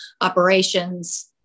operations